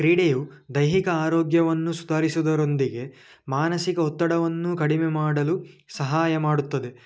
ಕ್ರೀಡೆಯು ದೈಹಿಕ ಆರೋಗ್ಯವನ್ನು ಸುಧಾರಿಸುವುದರೊಂದಿಗೆ ಮಾನಸಿಕ ಒತ್ತಡವನ್ನು ಕಡಿಮೆ ಮಾಡಲು ಸಹಾಯ ಮಾಡುತ್ತದೆ